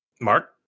Mark